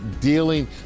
dealing